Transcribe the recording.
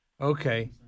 Okay